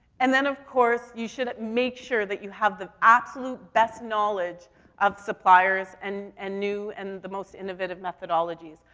and then, of course, you should make sure that you have the absolute best knowledge of suppliers an and new, and the most innovative methodologies.